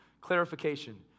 Clarification